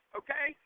okay